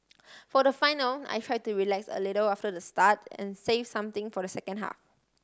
for the final I try to relax a little after the start and save something for the second half